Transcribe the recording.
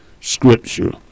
scripture